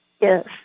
Yes